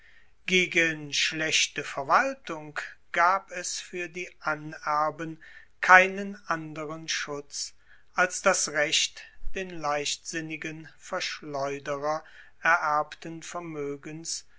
gegen schlechte verwaltung gab es fuer die anerben keinen anderen schutz als das recht den leichtsinnigen verschleuderer ererbten vermoegens